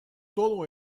todo